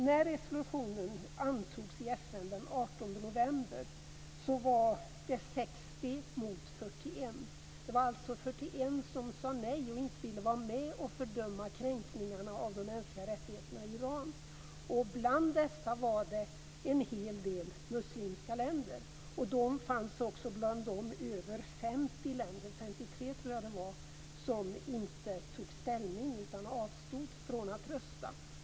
När resolutionen antogs i FN den 18 november var det 60 mot 41. Det var alltså 41 som sade nej och inte ville vara med och fördöma kränkningarna av de mänskliga rättigheterna i Iran. Bland dessa fanns en hel del muslimska länder, och de fanns också med bland de över 50 länder - 53 tror jag det var - som inte tog ställning utan avstod från att rösta.